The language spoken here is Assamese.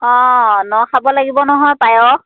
অঁ ন খাব লাগিব নহয় পায়স